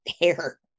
hair